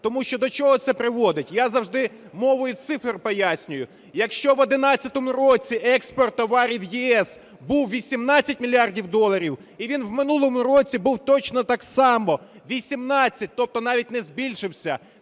Тому що до чого це приводить. Я завжди мовою цифр пояснюю. Якщо в 11-му році експорт товарів в ЄС був 18 мільярдів доларів, і він у минулому році був точно так само 18, тобто навіть не збільшився,